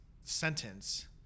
sentence